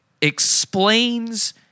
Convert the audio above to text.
explains